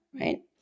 right